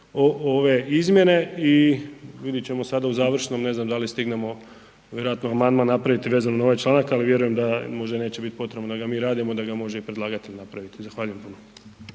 ove izmjene i vidit ćemo sad u završnom, ne znam da li stignemo vjerojatno amandman napraviti vezano na ovaj članak ali vjerujem da možda neće biti potrebno da ga mi raditi, da ga može i predlagatelj napraviti. Zahvaljujem puno.